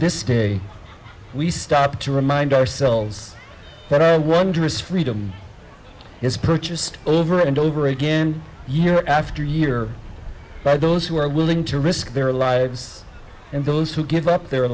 this day we stop to remind ourselves that i wonder is freedom is purchased over and over again year after year by those who are willing to risk their lives and those who give up their